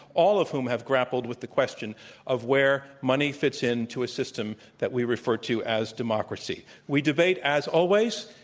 all of whom have grappled with the question of where money fits into a system that we refer to as democracy. we debate, as always,